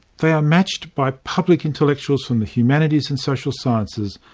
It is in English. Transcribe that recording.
they are matched by public intellectuals from the humanities and social sciences,